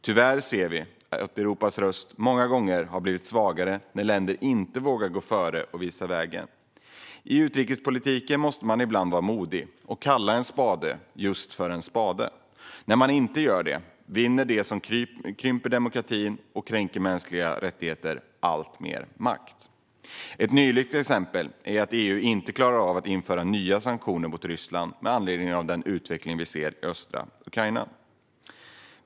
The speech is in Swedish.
Tyvärr ser vi att Europas röst många gånger har blivit svagare när länder inte vågar gå före och visa vägen. I utrikespolitiken måste man ibland vara modig och kalla en spade just för en spade. När man inte gör det vinner de som krymper demokratin och kränker mänskliga rättigheter alltmer makt. Ett nyligt exempel är att EU inte klarade av att införa nya sanktioner mot Ryssland med anledningen av utvecklingen i östra Ukraina.